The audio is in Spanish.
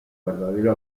verdadero